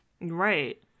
Right